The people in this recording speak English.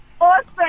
Awesome